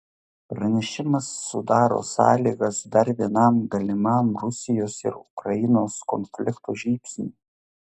pranešimas sudaro sąlygas dar vienam galimam rusijos ir ukrainos konflikto žybsniui